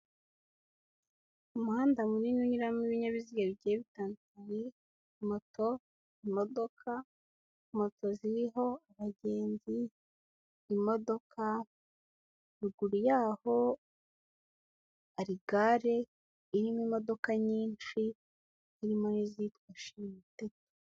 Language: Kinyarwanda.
Umuhanda munini unyuramo ibinyabiziga bigiye bitandukanye: moto, imodoka, moto ziriho abagenzi, imodoka, ruguru y'aho hari gare irimo imodoka nyinshi, harimo n'izitwa shira umuteto.